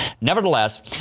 Nevertheless